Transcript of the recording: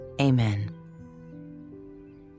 amen